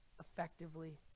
effectively